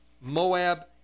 Moab